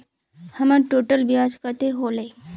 हमर टोटल ब्याज कते होले?